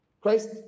Christ